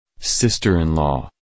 Sister-in-law